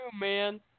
man